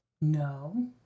no